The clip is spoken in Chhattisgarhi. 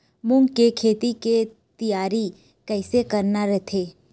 मूंग के खेती के तियारी कइसे करना रथे?